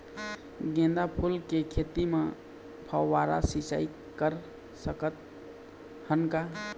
गेंदा फूल के खेती म फव्वारा सिचाई कर सकत हन का?